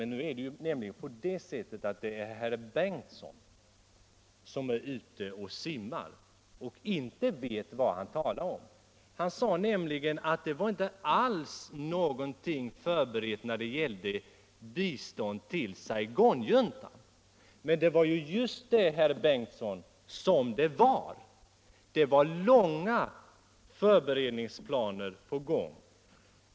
Det är snarare så att det är herr Bengtson som är ute och simmar och inte vet vad han talar om. Herr Bengtson sade att det inte alls hade förberetts något bistånd till Saigonjuntan. Det var just det det hade, herr Bengtson. Man hade långtgående planer på gång.